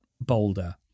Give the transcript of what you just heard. boulder